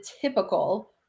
typical –